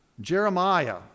Jeremiah